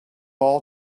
all